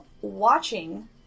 watching